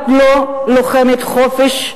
את לא לוחמת חופש.